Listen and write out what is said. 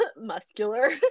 muscular